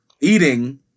eating